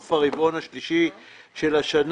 סוף הרבעון השלישי של השנה,